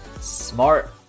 Smart